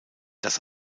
das